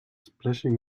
splashing